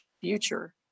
future